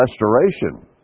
restoration